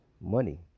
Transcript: money